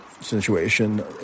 situation